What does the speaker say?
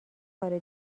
کار